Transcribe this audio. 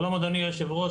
שלום אדוני היו"ר,